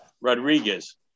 Rodriguez